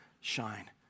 shine